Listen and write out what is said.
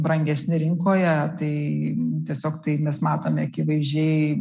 brangesni rinkoje tai tiesiog tai mes matome akivaizdžiai